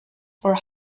for